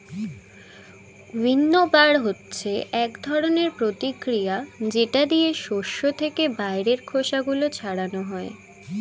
উইন্নবার হচ্ছে এক ধরনের প্রতিক্রিয়া যেটা দিয়ে শস্য থেকে বাইরের খোসা গুলো ছাড়ানো হয়